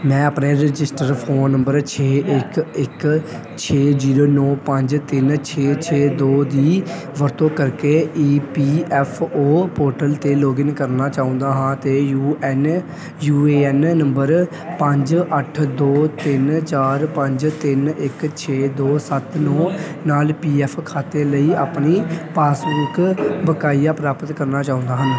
ਮੈਂ ਆਪਣੇ register phone number ਛੇ ਇੱਕ ਇੱਕ ਛੇ ਜੀਰੋ ਨੌਂ ਪੰਜ ਤਿੰਨ ਛੇ ਛੇ ਦੋ ਦੀ ਵਰਤੋਂ ਕਰਕੇ E P F O portal 'ਤੇ ਲੋਗਿਨ ਕਰਨਾ ਚਾਹੁੰਦਾ ਹਾਂ ਅਤੇ U N U A N number ਪੰਜ ਅੱਠ ਦੋ ਤਿੰਨ ਚਾਰ ਪੰਜ ਤਿੰਨ ਇੱਕ ਛੇ ਦੋ ਸੱਤ ਨੂੰ ਨਾਲ ਪੀ ਐਫ ਖਾਤੇ ਲਈ ਆਪਣੀ ਪਾਸਬੁੱਕ ਬਕਾਇਆ ਪ੍ਰਾਪਤ ਕਰਨਾ ਚਾਹੁੰਦਾ ਹਨ